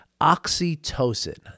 oxytocin